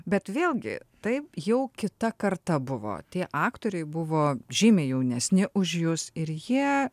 bet vėlgi taip jau kita karta buvo tie aktoriai buvo žymiai jaunesni už jus ir jie